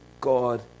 God